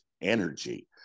energy